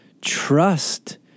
trust